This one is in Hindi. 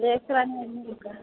देख रहे हैं घूमकर